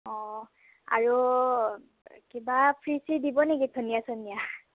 অঁ আৰু কিবা ফ্ৰী ছ্ৰি দিব নেকি ধনিয়া চনিয়া